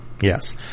yes